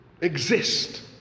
exist